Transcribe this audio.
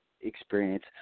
experience